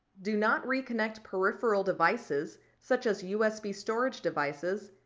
do not reconnect peripheral devices such as usb storage devices,